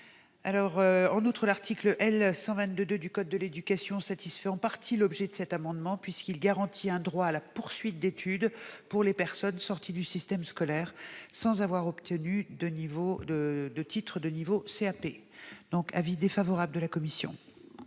En outre, l'article L. 122-2 du code de l'éducation satisfait en partie cet amendement, puisqu'il garantit un droit à la poursuite d'études pour les personnes sorties du système scolaire sans avoir obtenu de titre de niveau CAP. La commission